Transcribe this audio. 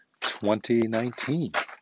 2019